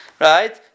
right